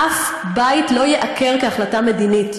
אף בית לא ייעקר, כהחלטה מדינית.